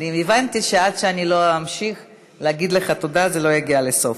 אני הבנתי שאם אני לא אמשיך להגיד לך תודה זה לא יגיע לסוף.